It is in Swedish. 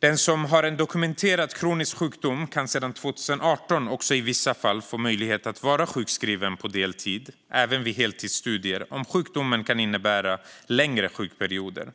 Den som har en dokumenterad kronisk sjukdom kan sedan 2018 också i vissa fall få möjlighet att vara sjukskriven på deltid även vid heltidsstudier om sjukdomen kan innebära längre sjukperioder.